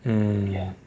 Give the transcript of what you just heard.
mm